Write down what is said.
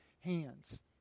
hands